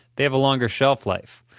they have a longer shelf life.